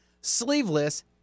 sleeveless